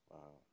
Wow